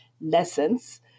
lessons